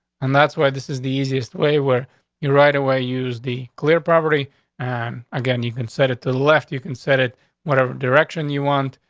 and that's why this is the easiest way where you right away used the clear property on and again. you can set it the left. you can set it whatever direction you want,